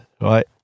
Right